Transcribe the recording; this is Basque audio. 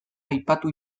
aipatu